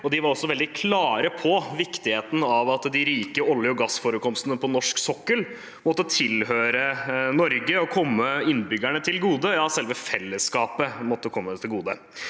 de var også veldig klare på viktigheten av at de rike oljeog gassforekomstene på norsk sokkel måtte tilhøre Norge og komme innbyggerne til gode – ja, selve fellesskapet måtte de komme til gode.